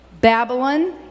Babylon